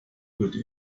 würde